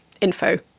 info